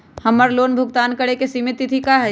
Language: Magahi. हमर लोन भुगतान करे के सिमित तिथि का हई?